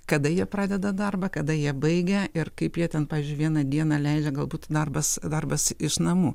kada jie pradeda darbą kada jie baigia ir kaip jie ten pavyzdžiui vieną dieną leidžia galbūt darbas darbas iš namų